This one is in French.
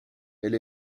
elle